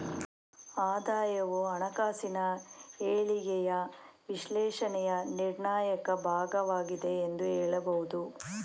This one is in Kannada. ಆದಾಯವು ಹಣಕಾಸಿನ ಹೇಳಿಕೆಯ ವಿಶ್ಲೇಷಣೆಯ ನಿರ್ಣಾಯಕ ಭಾಗವಾಗಿದೆ ಎಂದು ಹೇಳಬಹುದು